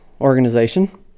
organization